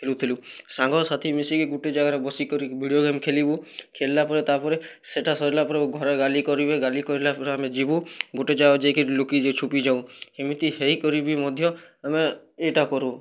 ଖେଲୁଥିଲୁ ସାଙ୍ଗ ସାଥି ମିଶିକି ଗୁଟେ ଜାଗାରେ ବସି କରି ଭିଡ଼ିଓ ଗେମ୍ ଖେଳିବୁ ଖେଲିଲା ପରେ ତା'ପରେ ସେଇଟା ସରିଲା ପରେ ଘରେ ଗାଲି କରିବେ ଗାଲି କରିଲା ପରେ ଆମେ ଯିବୁ ଗୁଟେ ଜାଗାରେ ଯାଇକିରି ଲୁକି ଯାଉ ଛୁପି ଯାଉ ଏମିତି ହେଇକରି ବି ମଧ୍ୟ ଆମେ ଏଇଟା କରୁ